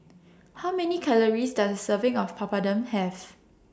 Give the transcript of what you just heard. How Many Calories Does A Serving of Papadum Have